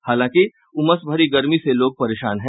हालांकि उमस भरी गर्मी से लोग परेशान हैं